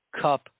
Cup